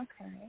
okay